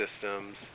systems